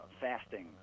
fasting